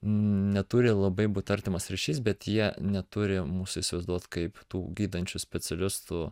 neturi labai būt artimas ryšys bet jie neturi mūsų įsivaizduot kaip tų gydančių specialistų